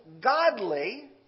godly